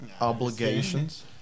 obligations